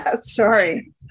Sorry